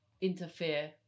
interfere